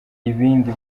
ibindi